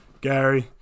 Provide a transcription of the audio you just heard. Gary